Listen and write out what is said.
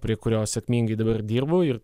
prie kurios sėkmingai dabar dirbu ir